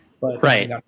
Right